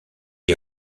est